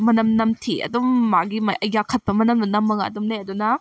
ꯃꯅꯝ ꯅꯝꯊꯤ ꯑꯗꯨꯝ ꯃꯥꯒꯤ ꯌꯥꯛꯈꯠꯄ ꯃꯅꯝꯗꯨ ꯅꯝꯃꯒ ꯑꯗꯨꯝ ꯂꯩ ꯑꯗꯨꯅ